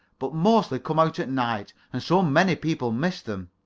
but mostly come out at night, and so many people miss them.